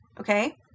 Okay